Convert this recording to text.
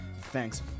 Thanks